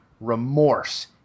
remorse